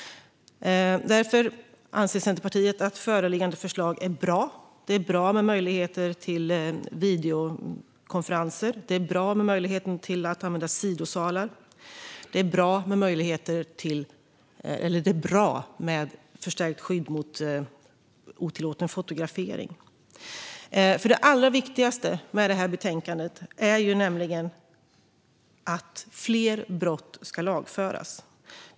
Därför anser Centerpartiet att föreliggande förslag är bra. Det är bra med möjligheter till videokonferenser. Det är bra med möjligheten att använda sidosalar. Det är bra med förstärkt skydd mot otillåten fotografering. Det allra viktigaste med det här betänkandet är nämligen att fler brott ska lagföras.